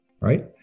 right